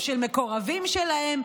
או של מקורבים שלהם,